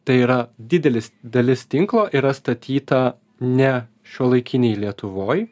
tai yra didelis dalis tinklo yra statyta ne šiuolaikinėj lietuvoj